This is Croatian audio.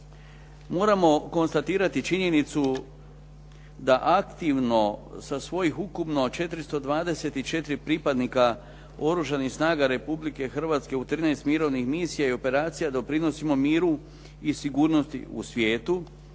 Moramo konstatirati činjenicu da aktivno, sa svojih ukupno 424 pripadnika Oružanih snaga Republike Hrvatske u 13 mirovnih misija i operacija doprinosimo miru i sigurnosti u svijetu